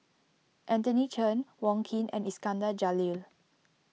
Anthony Chen Wong Keen and Iskandar Jalil